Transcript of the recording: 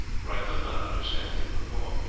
for i could not understand him before.